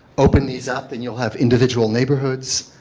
open these up and you will have individual neighborhoods,